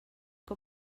que